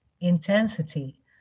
intensity